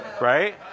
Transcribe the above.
Right